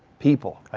people.